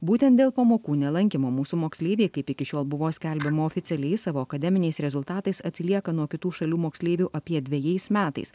būtent dėl pamokų nelankymo mūsų moksleiviai kaip iki šiol buvo skelbiama oficialiai savo akademiniais rezultatais atsilieka nuo kitų šalių moksleivių apie dvejais metais